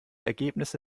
ergebnisse